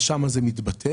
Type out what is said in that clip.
שם זה מתבטא.